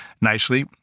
nicely